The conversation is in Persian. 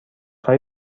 های